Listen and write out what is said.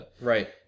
Right